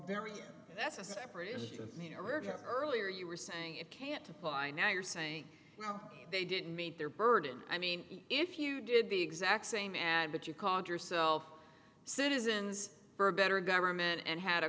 very that's a separate issue here earlier you were saying it can't by now you're saying they didn't meet their burden i mean if you did the exact same ad but you called yourself citizens for a better government and had a